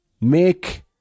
make